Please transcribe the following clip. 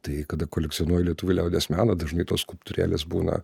tai kada kolekcionuoji lietuvių liaudies meną dažnai tos skulptūrėlės būna